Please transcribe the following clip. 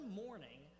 morning